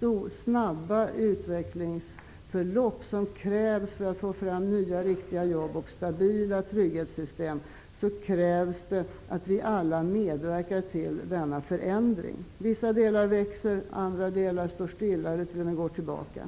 de snabba utvecklingsförlopp som krävs för att få fram nya, riktiga jobb och stabila trygghetssystem fordras det att vi alla medverkar till denna förändring. Vissa delar växer. Andra delar står stilla eller t.o.m. går tillbaka.